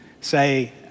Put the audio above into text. say